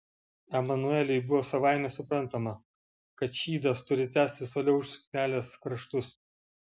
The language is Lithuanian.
emanueliui buvo savaime suprantama kad šydas turi tęstis toliau už suknelės kraštus